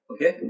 Okay